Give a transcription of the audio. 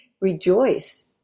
rejoice